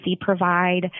provide